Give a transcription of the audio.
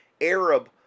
Arab